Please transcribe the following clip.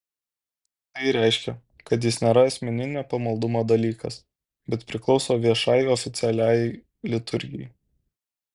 tai reiškia kad jis nėra asmeninio pamaldumo dalykas bet priklauso viešai oficialiajai liturgijai